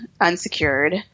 unsecured